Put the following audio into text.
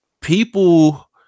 people